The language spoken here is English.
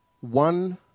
One